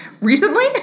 Recently